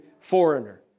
foreigner